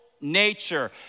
nature